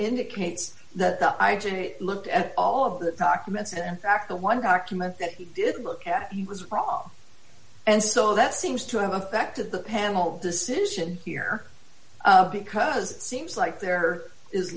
indicates that i looked at all of the documents and fact the one document that i did look at was wrong and so that seems to have affected the panel decision here because it seems like there is